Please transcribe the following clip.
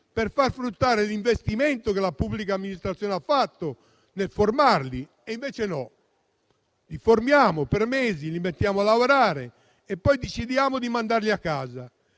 per far fruttare l'investimento che la pubblica amministrazione ha fatto nel formarli. E invece no: li formiamo per mesi, li mettiamo a lavorare e poi decidiamo di mandarli a casa.